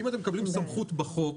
אם אתם מקבלים סמכות בחוק,